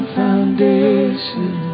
foundation